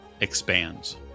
expands